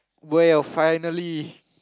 well finally